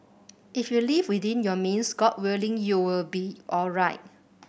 if you live within your means God willing you will be alright